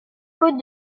côtes